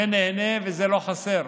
זה נהנה וזה לא חסר.